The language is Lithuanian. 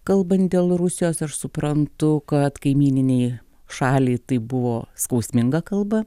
kalbant dėl rusijos aš suprantu kad kaimyninei šaliai tai buvo skausminga kalba